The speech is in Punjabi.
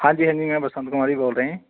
ਹਾਂਜੀ ਹਾਂਜੀ ਮੈਂ ਬਸੰਤ ਕੁਮਾਰ ਹੀ ਬੋਲ ਰਿਹਾ